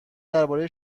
درباره